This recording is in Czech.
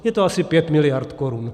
Je to asi 5 miliard korun.